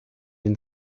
den